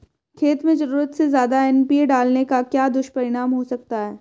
खेत में ज़रूरत से ज्यादा एन.पी.के डालने का क्या दुष्परिणाम हो सकता है?